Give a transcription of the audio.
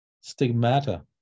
Stigmata